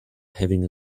having